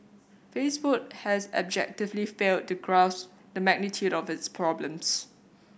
Facebook has abjectly failed to grasp the magnitude of its problems